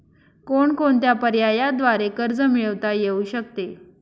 कोणकोणत्या पर्यायांद्वारे कर्ज मिळविता येऊ शकते?